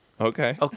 Okay